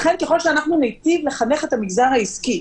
לכן ככל שאנחנו ניטיב לחנך את המגזר העסקי,